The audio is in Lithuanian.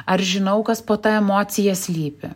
ar žinau kas po ta emocija slypi